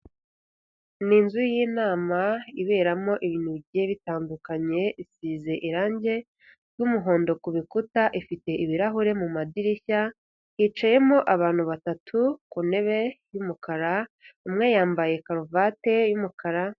Ni inzu y'inama iberamo ibintu bigiye bitandukanye, isize irange ry'umuhondo ku bikuta ifite ibirahure mu madirishya, hicayemo abantu batatu ku ntebe y'umukara umwe yambaye karuvati y'umukara.